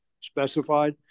specified